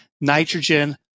nitrogen